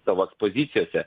savo ekspozicijose